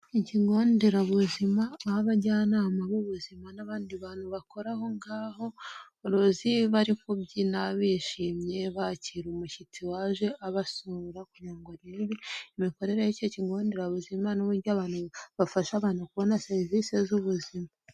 Ikigo nderabuzima kiriho abajyanama b'ubuzima n'abandi bantu bakora aho ngaho uruzi barimo kubyina bishimye bakira umushyitsi waje abasura kugira ngo arebe imikorere y'icyo kigo nderabuzima n'uburyo abantu bafasha abantu kubona serivisi z'ubuzima.